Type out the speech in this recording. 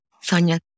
Sonia